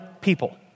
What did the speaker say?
people